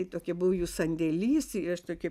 ir tokia buvo jų sandelys ir aš tokia